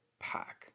pack